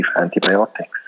antibiotics